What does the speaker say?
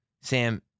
Sam